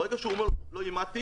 ברגע שהוא אומר "לא אימתי",